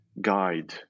guide